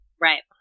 right